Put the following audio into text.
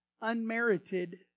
Unmerited